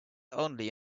only